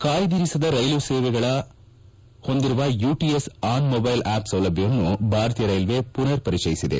ಕಾಯ್ದಿರಿಸದ ರೈಲು ಸೀಟುಗಳ ಸೇವೆಯನ್ನು ಹೊಂದಿರುವ ಯುಟಿಎಸ್ ಆನ್ ಮೊಬೈಲ್ ಆಪ್ ಸೌಲಭ್ಯವನ್ನು ಭಾರತೀಯ ರೈಲ್ವೇ ಮನರ್ ಪರಿಚಯಿಸಿದೆ